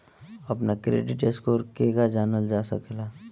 अपना credit score केगा जानल जा सकेला?